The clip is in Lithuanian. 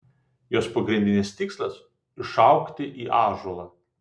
jos pagrindinis tikslas išaugti į ąžuolą